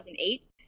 2008